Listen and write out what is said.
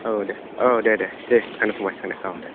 औ दे औ दे दे दे थांदो फंबाय थांदो औ दे